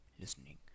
listening